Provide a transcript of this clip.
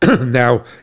now